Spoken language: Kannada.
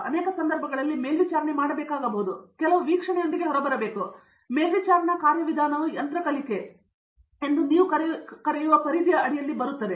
ನಾನು ಅನೇಕ ಸಂದರ್ಭಗಳಲ್ಲಿ ಮೇಲ್ವಿಚಾರಣೆ ಮಾಡಬೇಕಾಗಬಹುದು ಮತ್ತು ನಂತರ ಕೆಲವು ವೀಕ್ಷಣೆಯೊಂದಿಗೆ ಹೊರಬರಬೇಕು ಮತ್ತು ಆ ಮೇಲ್ವಿಚಾರಣಾ ಕಾರ್ಯವಿಧಾನವು ಯಂತ್ರ ಕಲಿಕೆ ಎಂದು ನೀವು ಕರೆಯುವ ಪರಿಧಿಯ ಅಡಿಯಲ್ಲಿ ಬರುತ್ತದೆ